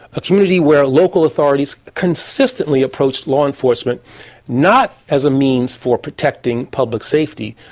a community where local authorities consistently approached law enforcement not as a means for protecting public safety,